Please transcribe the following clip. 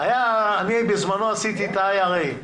אני בזמנו עשיתי את ה-IRA,